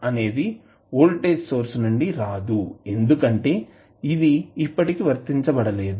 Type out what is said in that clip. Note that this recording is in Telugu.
అనేది వోల్టేజ్ సోర్స్ నుండి రాదు ఎందుకంటే ఇది ఇప్పటికీ వర్తించబడలేదు